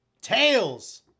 tails